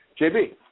JB